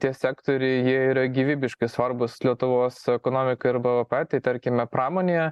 tie sektoriai jie yra gyvybiškai svarbūs lietuvos ekonomikai ir bvp tai tarkime pramonėje